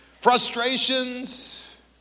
frustrations